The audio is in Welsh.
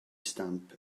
stamp